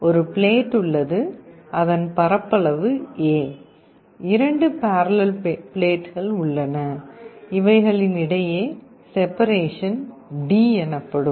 ஒரு பிளேட் உள்ளது அதன் பரப்பளவு A இரண்டு பாரலெல் பிளேட்கள் உள்ளன இவைகளின் இடையே செபரேஷன் d எனப்படும்